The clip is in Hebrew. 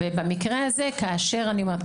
אז במקרה הזה כאשר אני אומרת,